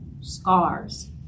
scars